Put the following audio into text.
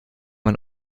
man